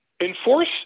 enforce